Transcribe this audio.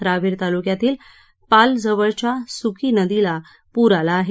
रावेर तालुक्यातील पालजवळच्या सुकी नदीला पूर आला आहे